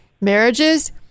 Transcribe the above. marriages